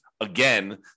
again